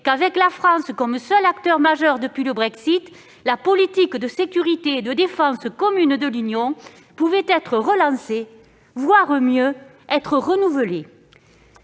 que, avec la France comme seul acteur majeur depuis le Brexit, la politique de sécurité et de défense commune de l'Union européenne pouvait être relancée, voire renouvelée